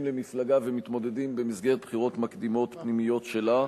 למפלגה ומתמודדים במסגרת בחירות מקדימות פנימיות שלה,